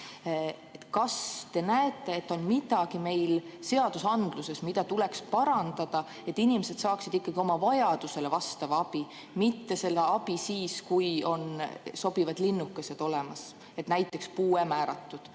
Kas te näete, et on midagi meil seadusandluses, mida tuleks parandada, et inimesed saaksid ikkagi oma vajadusele vastavat abi, mitte alles siis, kui on sobivad linnukesed olemas, näiteks puue määratud?